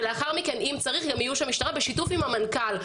ולאחר מכן אם צריך גם איוש המשטרה בשיתוף עם המנכ"ל.